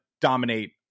dominate